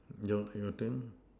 your your turn